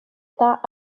temps